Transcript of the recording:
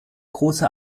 große